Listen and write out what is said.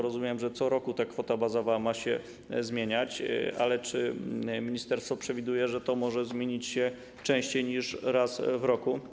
Rozumiem, że co roku ta kwota bazowa ma się zmieniać, ale czy ministerstwo przewiduje, że to może zmienić się częściej niż raz w roku?